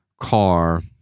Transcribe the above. car